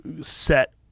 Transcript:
set